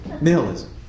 Nihilism